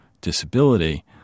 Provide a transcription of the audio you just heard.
disability